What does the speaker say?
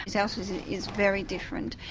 say. elsie is very different.